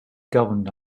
governed